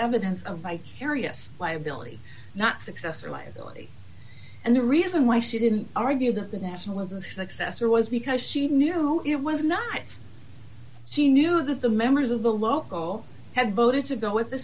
evidence of vicarious liability not success or liability and the reason why she didn't argue that the national of the successor was because she knew it was not she knew that the members of the local had voted to go with the